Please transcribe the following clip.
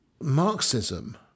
Marxism